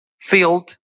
field